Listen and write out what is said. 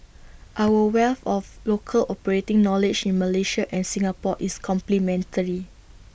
our wealth of local operating knowledge in Malaysia and Singapore is complementary